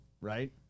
right